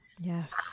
Yes